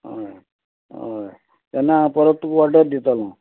हय हय ना परत तुका ऑडर दितलो